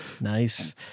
Nice